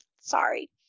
Sorry